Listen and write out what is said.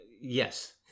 Yes